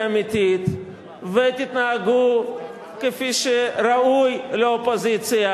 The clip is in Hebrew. אמיתית ותתנהגו כפי שראוי לאופוזיציה.